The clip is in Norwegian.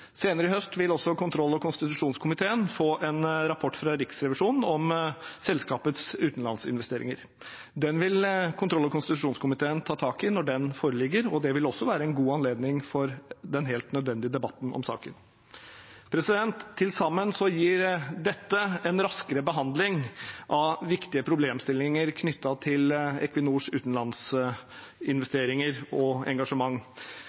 Senere i høst vil også kontroll- og konstitusjonskomiteen få en rapport fra Riksrevisjonen om selskapets utenlandsinvesteringer. Den vil kontroll- og konstitusjonskomiteen ta tak i når den foreligger, og det vil også være en god anledning for den helt nødvendige debatten om saken. Til sammen gir dette en raskere behandling av viktige problemstillinger knyttet til Equinors utenlandsinvesteringer og engasjement.